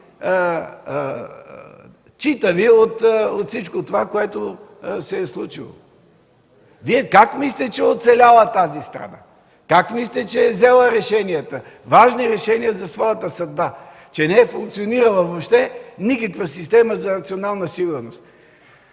читави след всичко това, което се е случило. Вие как мислите, че е оцеляла тази страна? Как мислите, че е взела важните решения за своята съдба – че не е функционирала въобще никаква система за национална сигурност?!